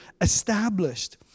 established